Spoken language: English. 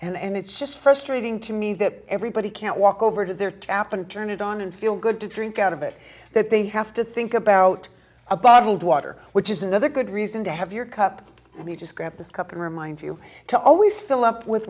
fracking and it's just frustrating to me that everybody can't walk over to their tap and turn it on and feel good to drink out of it that they have to think about a bottled water which is another good reason to have your cup and you just grab this cup and remind you to always fill up with